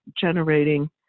generating